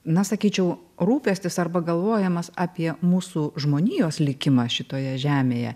na sakyčiau rūpestis arba galvojimas apie mūsų žmonijos likimą šitoje žemėje